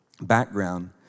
background